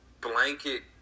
blanket